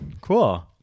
cool